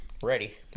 Ready